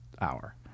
hour